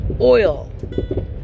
oil